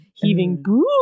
Heaving